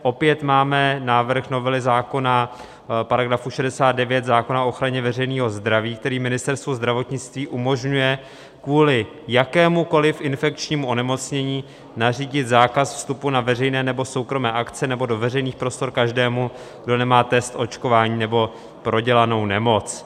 Opět máme návrh novely zákona v § 69 zákona o ochraně veřejného zdraví, který Ministerstvu zdravotnictví umožňuje kvůli jakémukoliv infekčnímu onemocnění nařídit zákaz vstupu na veřejné nebo soukromé akce nebo do veřejných prostor každému, kdo nemá test, očkování nebo prodělanou nemoc.